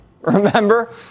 remember